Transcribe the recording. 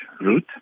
route